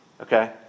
Okay